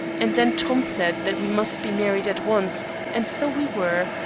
and then tom said that we must be married at once and so we were,